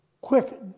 quick